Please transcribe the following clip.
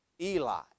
Eli